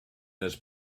this